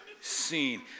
seen